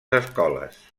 escoles